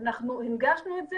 הביטוח הלאומי זה מעגל חיים.